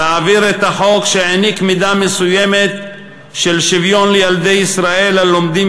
להעביר את החוק שהעניק מידה מסוימת של שוויון לילדי ישראל הלומדים